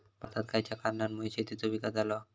भारतात खयच्या कारणांमुळे शेतीचो विकास झालो हा?